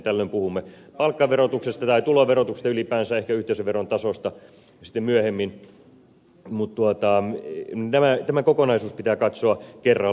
tällöin puhumme palkkaverotuksesta tai tuloverotuksesta ylipäänsä ehkä yhteisöveron tasosta sitten myöhemmin mutta tämä kokonaisuus pitää katsoa kerralla